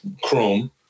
Chrome